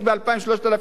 3,000 שקל.